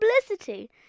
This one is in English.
publicity